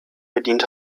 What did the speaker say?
bedient